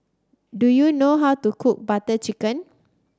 do you know how to cook Butter Chicken